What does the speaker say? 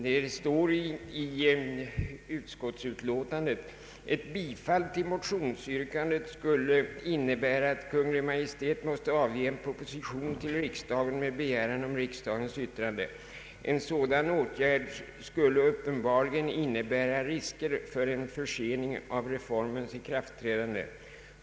Det står så här i utskottsutlåtandet: ”Ett bifall till motionsyrkandet skulle innebära att Kungl. Maj:t måste avge en proposition till riksdagen med begäran om riksdagens yttrande. En sådan åtgärd skulle uppenbarligen innebära risker för en försening av reformens ikraftträdande.